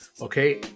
okay